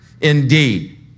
indeed